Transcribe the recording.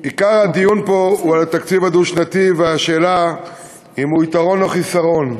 עיקר הדיון פה הוא על התקציב הדו-שנתי והשאלה אם הוא יתרון או חיסרון.